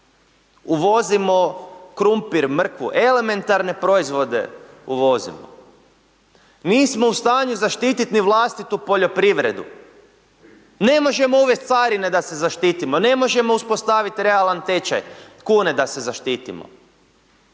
Uvozimo krumpir, mrkvu, elementarne proizvode uvozimo. Nismo u stanju zaštitit ni vlastitu poljoprivredu, ne možemo uvest carine da se zaštitimo, ne možemo uspostavit realan tečaj kune da se zaštitimo,